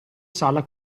sala